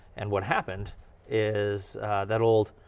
and what happened is that old,